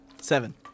Seven